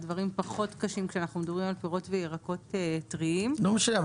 הדברים פחות קשים כשאנחנו מדברים על פירות וירקות טריים --- לא משנה,